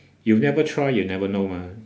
you never try you never know mah